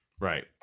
Right